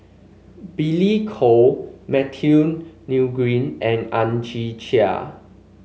Billy Koh Matthew Ngui and Ang Chwee Chai